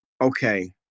okay